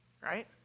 Right